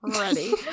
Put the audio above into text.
ready